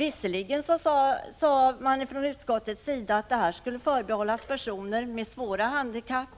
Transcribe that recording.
Visserligen sade man från utskottets sida att den höga subventionsgraden under lång tid skulle förbehållas personer med svåra handikapp,